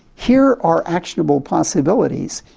here are actionable possibilities.